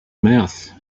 mouth